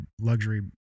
luxury